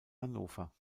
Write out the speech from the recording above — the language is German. hannover